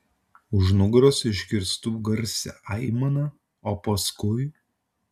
už nugaros išgirstu garsią aimaną o paskui